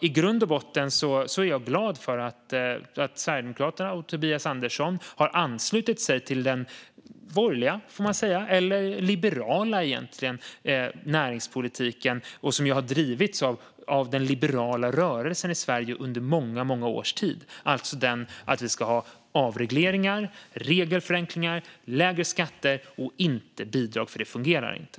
I grund och botten är jag glad för att Sverigedemokraterna och Tobias Andersson har anslutit sig till den borgerliga, eller egentligen liberala, näringspolitiken som har drivits av den liberala rörelsen i Sverige under många års tid, alltså att vi ska ha avregleringar, regelförenklingar, lägre skatter och inte bidrag, för det fungerar inte.